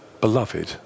Beloved